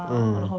mm